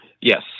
Yes